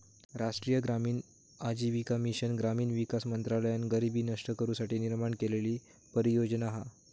राष्ट्रीय ग्रामीण आजीविका मिशन ग्रामीण विकास मंत्रालयान गरीबी नष्ट करू साठी निर्माण केलेली परियोजना हा